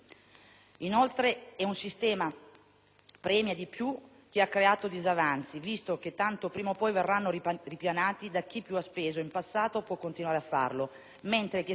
premia chi più ha creato disavanzi, visto che tanto prima o poi verranno ripianati, e chi più ha speso in passato può continuare a farlo, mentre chi è stato efficiente deve continuare a spendere meno.